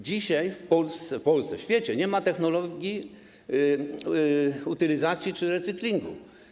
Dzisiaj w Polsce i w świecie nie ma technologii utylizacji czy recyklingu.